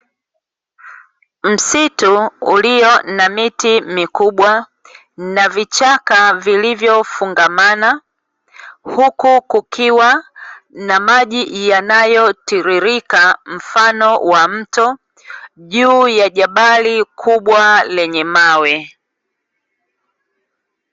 Msitu ulio ma miti mikubwa na vichaka vilivyofungamana, huku kukiwa na maji yanayotiririka mfano wa mto, juu ya jabali kubwa lenye mawe.